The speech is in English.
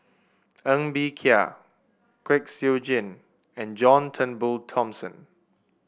Ng Bee Kia Kwek Siew Jin and John Turnbull Thomson